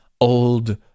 old